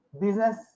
business